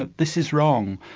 ah this is wrong.